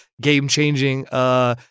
game-changing